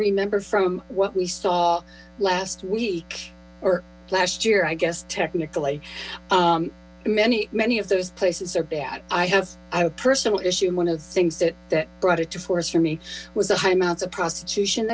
remember from what we saw last week or last year i guess technically many many of those places are bad i have a personal issue and one of the things that brought it to force for me was the high amounts of prostitution